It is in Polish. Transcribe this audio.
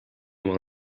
mam